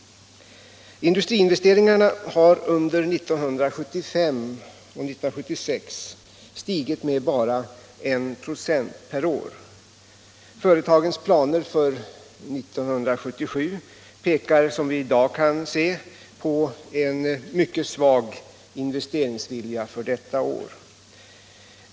Industriinvesteringarna har under 1975 och 1976 stigit med bara 1 96 perår. Företagens planer för 1977 pekar, som vi i dag kan se, på en mycket svag investeringsvilja för detta år.